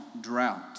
drought